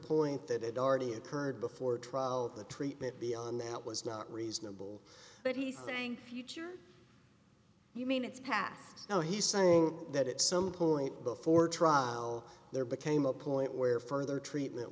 point that had already occurred before trial the treatment beyond that was not reasonable but he's saying you mean it's past now he's saying that at some point before trial there became a point where further treatment